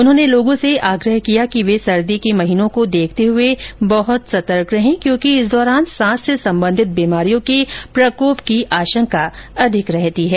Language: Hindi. उन्होंने लोगों से आग्रह किया कि वे सर्दी के महीनों को देखते हुए बहुत सतर्क रहें क्योंकि इस दौरान सांस से सम्बंधित बीमारियों के प्रकोप की आशंका अधिक रहती है